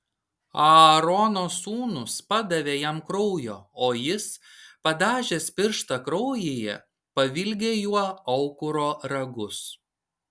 aarono sūnūs padavė jam kraujo o jis padažęs pirštą kraujyje pavilgė juo aukuro ragus